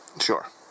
Sure